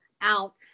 out